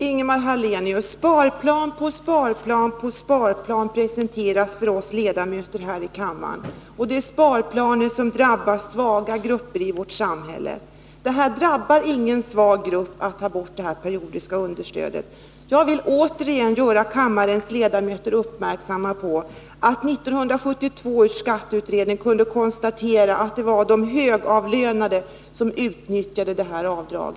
Herr talman! Sparplan efter sparplan presenteras för oss ledamöter här i kammaren, och samtliga sparplaner drabbar svaga grupper i vårt samhälle. Att man tar bort det periodiska understödet drabbar ingen svag grupp. Jag vill återigen göra kammarens ledamöter uppmärksamma på att 1972 års skatteutredning kunde konstatera att det var de högavlönade som utnyttjade detta avdrag.